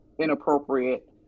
inappropriate